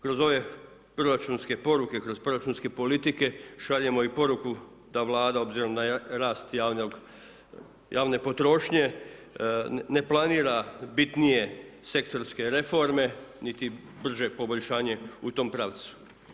Kroz ove proračunske poruke, kroz proračunske politike, šaljemo i poruku da Vlada obzirom na rast javne potrošnje, ne planira bitnije sektorske reforme, niti brže poboljšanje u tome pravcu.